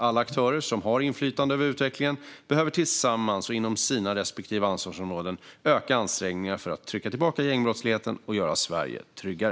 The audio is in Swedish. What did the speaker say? Alla aktörer som har inflytande över utvecklingen behöver tillsammans och inom sina respektive ansvarsområden öka ansträngningarna för att trycka tillbaka gängbrottsligheten och göra Sverige tryggare.